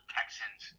Texans